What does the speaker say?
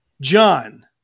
John